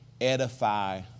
edify